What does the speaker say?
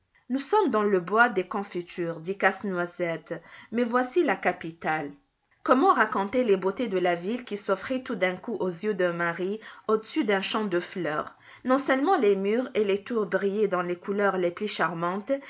nous sommes dans le bois des confitures dit casse-noisette mais voici la capitale comment raconter les beautés de la ville qui s'offrit tout d'un coup aux yeux de marie au dessus d'un champ de fleurs non-seulement les murs et les tours brillaient dans les couleurs les plus charmantes